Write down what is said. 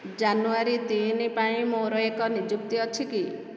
ଜାନୁଆରୀ ତିନି ପାଇଁ ମୋର ଏକ ନିଯୁକ୍ତି ଅଛି କି